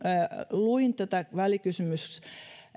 luin tätä